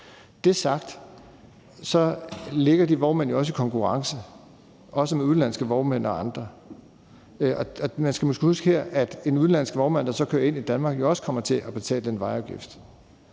er sagt, ligger de vognmænd jo også i konkurrence med udenlandske vognmænd og andre. Og man skal måske huske her, at en udenlandsk vognmand, der så kører ind i Danmark, også kommer til at betale den vejafgift.